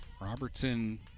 Robertson